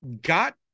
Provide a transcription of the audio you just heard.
got